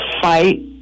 fight